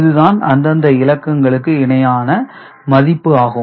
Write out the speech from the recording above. இது தான் அந்தந்த இலக்கங்களுக்கு இணையான மதிப்பு ஆகும்